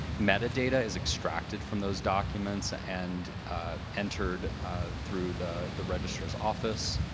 metadata is extracted from those documents and entered through the the registrar's office.